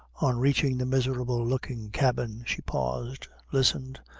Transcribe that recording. on reaching the miserable looking cabin, she paused, listened,